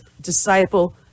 disciple